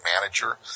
manager